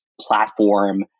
platform